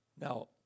Now